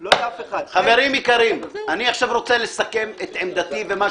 לא קשור לפה.